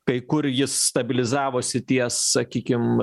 kai kur jis stabilizavosi ties sakykim